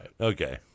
Okay